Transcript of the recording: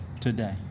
today